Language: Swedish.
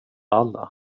alla